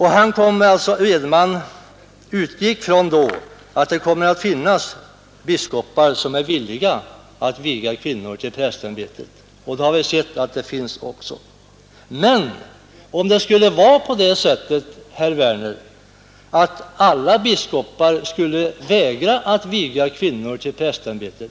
Han utgick då från att det kommer att finnas biskopar, som är villiga att viga kvinnor till prästämbetet; det har vi ock så sett att det finns. Men, herr Werner, i vilket läge skulle vi befinna oss om alla biskopar skulle vägra att viga kvinnor till präster?